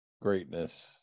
Greatness